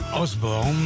Osborne